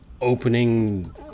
opening